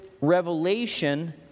revelation